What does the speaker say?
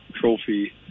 trophy